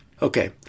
Okay